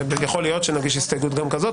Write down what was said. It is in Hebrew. יכול להיות שנגיש הסתייגות גם כזאת.